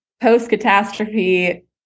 post-catastrophe